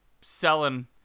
selling